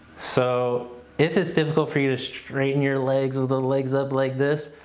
so if it's difficult for you to straighten your legs with the legs up like this.